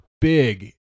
big